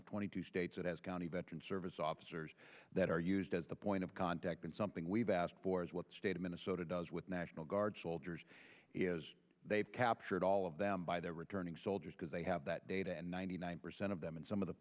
of twenty two states that has got a veteran service officers that are used as the point of contact something we've asked for is what state of minnesota does with national guard soldiers they've captured all of them by the returning soldiers because they have that data and ninety nine percent of them and some of the